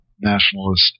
nationalist